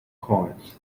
coins